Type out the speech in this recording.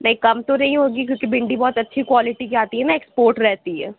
نہیں کم تو نہیں ہوگی کیونکہ بھنڈی بہت اچھی کوالٹی کی آتی ہے نا ایکسپورٹ رہتی ہے